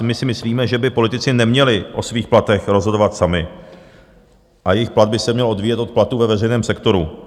My si myslíme, že by si politici neměli o svých platech rozhodovat sami a jejich plat by se měl odvíjet od platů ve veřejném sektoru.